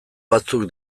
batzuk